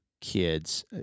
kids